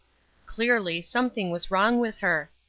clearly, something was wrong with her.